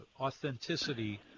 authenticity